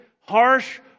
harsh